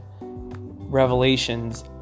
Revelations